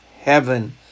heaven